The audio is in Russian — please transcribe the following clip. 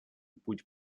путь